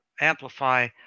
amplify